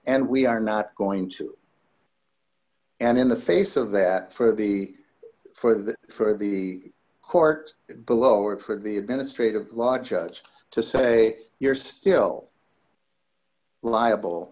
and we are not going to and in the face of that for the for the for the court below or for the administrative law judge to say you're still liable